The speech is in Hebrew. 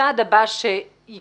הצעד הבא שיקרה